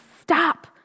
stop